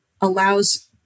allows